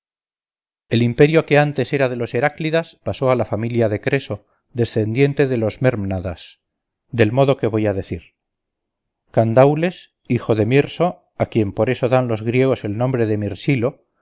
el imperio que antes era de los heráclidas pasó a la familia de creso descendiente de los mérmnadas del modo que voy a decir candaules hijo de myrso a quien por eso dan los griegos el nombre de